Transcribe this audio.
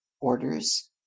orders